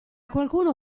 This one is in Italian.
qualcuno